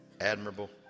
admirable